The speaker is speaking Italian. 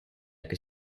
che